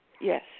Yes